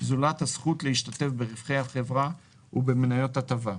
זולת הזכות להשתתף ברווחי החברה ובמניות הטבה.